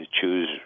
choose